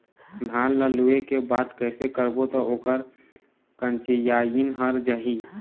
धान ला लुए के बाद कइसे करबो त ओकर कंचीयायिन हर जाही?